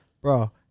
bro